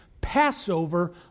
Passover